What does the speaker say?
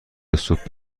سوپ